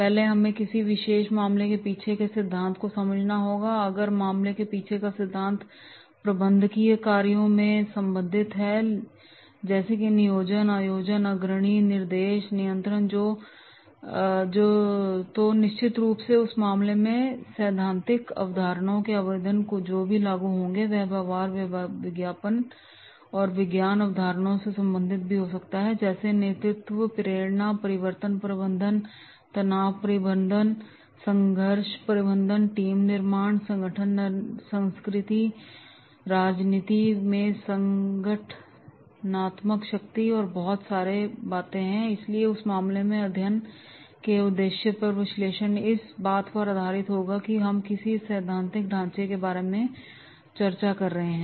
पहले हमें किसी विशेष मामले के पीछे के सिद्धांत को समझना होगा अगर मामले के पीछे का सिद्धांत प्रबंधकीय कार्यों से संबंधित है जैसे कि नियोजन आयोजन अग्रणी निर्देशन और नियंत्रण तो निश्चित रूप से उस मामले में सैद्धांतिक अवधारणाओं के आवेदन जो भी लागू होंगे या यह व्यवहार विज्ञान अवधारणाओं से संबंधित भी हो सकता है जैसे नेतृत्व प्रेरणा परिवर्तन प्रबंधन तनाव प्रबंधन संघर्ष प्रबंधनटीम निर्माण संगठन संस्कृति राजनीति में संगठनात्मक शक्ति और बहुत सारे इसलिए उस मामले में अध्ययन के उद्देश्य पर विश्लेषण इस बात पर आधारित होगा कि हम किस सैद्धांतिक ढांचे के बारे में चर्चा कर रहे हैं